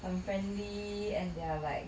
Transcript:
um family and they're like